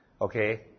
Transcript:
Okay